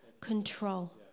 control